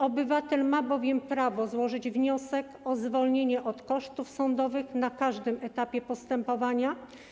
Obywatel ma bowiem prawo złożyć wniosek o zwolnienie od kosztów sądowych na każdym etapie postępowania.